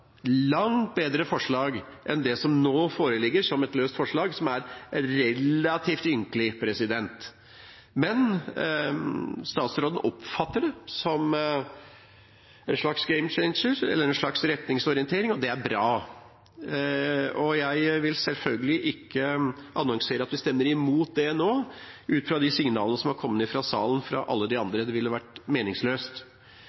langt bedre forslag enn det som nå foreligger som et løst forslag, som er relativt ynkelig. Men statsråden oppfatter det som en slags game changer, eller en slags retningsorientering. Det er bra, og jeg vil selvfølgelig ikke annonsere at vi stemmer imot det nå, ut fra de signalene som har kommet fra salen fra alle de